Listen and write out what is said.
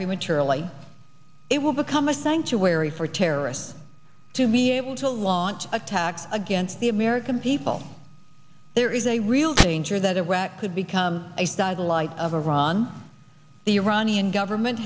prematurely it will become a sanctuary for terrorists to be able to launch attacks against the american people there is a real danger that iraq could become a star the light of iran the iranian government